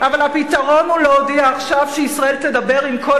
אבל הפתרון הוא להודיע עכשיו שישראל תדבר עם כל